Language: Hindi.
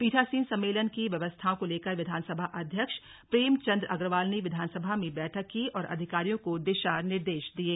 पीठासीन सम्मेलन की व्यवथाओं को लेकर विधानसभा अध्यक्ष प्रेमचंद अग्रवाल ने विधानसभा में बैठक की और अधिकारियों को दिशा निर्देश दिये